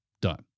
Done